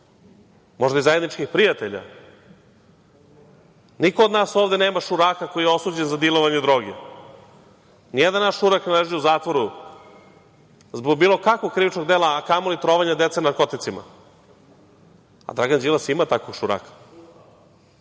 možda i zajedničkih prijatelja. Niko od nas ovde nema šuraka koji je osuđen za dilovanje droge. Nijedan naš šurak ne leži u zatvoru zbog bilo kakvog krivičnog dela, a kamoli trovanja dece narkoticima. A Dragan Đilas ima takvog šuraka.